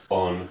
on